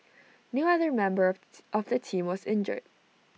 no other member of the team was injured